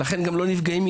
לכן גם אין ילדים